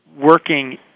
working